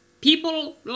People